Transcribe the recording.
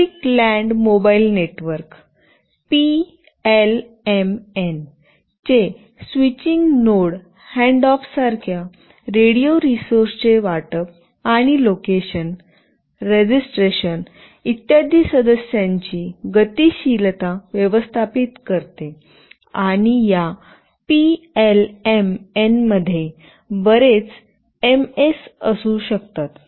public land mobile network PLMN चे switching node handoff सारख्या radio resource चे वाटप आणि लोकेशन रेजिस्ट्रेशन इत्यादी सदस्यांची गतिशीलता व्यवस्थापित करते आणि या पीएलएमएनमध्ये बरेच एमएस असू शकतात